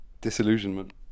Disillusionment